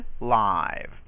live